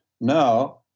now